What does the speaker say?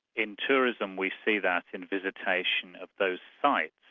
in tourism we see that in visitation of those sites,